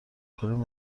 کنیم